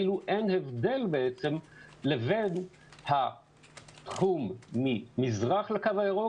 כאילו אין הבדל בעצם לבין התחום ממזרח לקו הירוק,